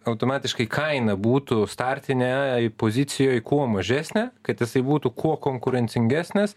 automatiškai kaina būtų startinėj pozicijoj kuo mažesnė kad jisai būtų kuo konkurencingesnis